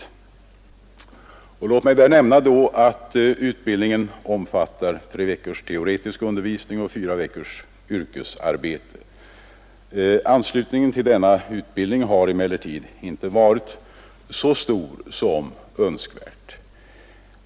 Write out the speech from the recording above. Jag vill nämna att utbildningen omfattar tre veckors teoretisk undervisning och fyra veckors yrkesarbete. Anslutningen till denna utbildning har emellertid inte varit så stor som önskvärt.